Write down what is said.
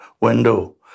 window